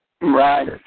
Right